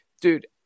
dude